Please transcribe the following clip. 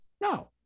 No